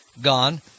gone